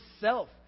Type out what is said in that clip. self